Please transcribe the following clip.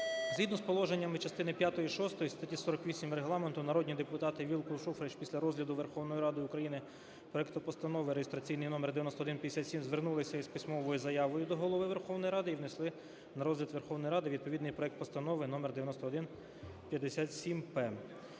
Згідно з положеннями частини п'ятої-шостої статті 48 Регламенту народні депутати Вілкул, Шуфрич після розгляду Верховною Радою України проекту Постанови реєстраційний номер 9157 звернулися з письмовою заявою до Голови Верховної Ради і внесли на розгляд Верховної Ради відповідний проект Постанови номер 9157-П.